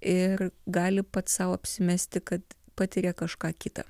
ir gali pats sau apsimesti kad patiria kažką kita